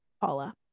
Paula